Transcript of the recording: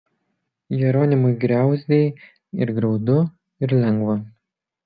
jeronimui griauzdei ir graudu ir lengva